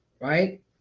Right